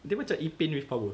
dia macam Ipin with power